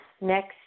next